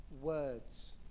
words